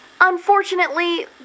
Unfortunately